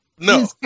no